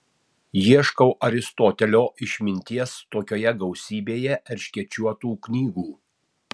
ieškau aristotelio išminties tokioje gausybėje erškėčiuotų knygų